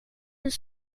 een